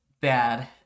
bad